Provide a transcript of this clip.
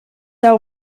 our